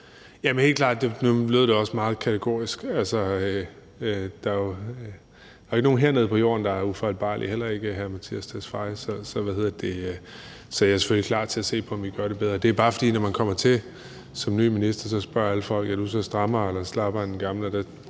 Jamen helt klart. Nu lød det også meget kategorisk, men der er jo ikke nogen her nede på jorden, der er ufejlbarlig, heller ikke min forgænger, så jeg er selvfølgelig klar til at se på, om vi kan gøre det bedre. Det er bare, fordi alle folk spørger, når man kommer til som ny minister: Er du så strammere eller slappere end den